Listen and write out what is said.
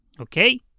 Okay